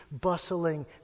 bustling